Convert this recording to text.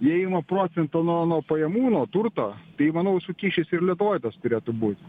jie ima procentą nuo nuo pajamų nuo turto tai manau su kyšiais ir lietuvoj tas turėtų būt